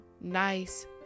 nice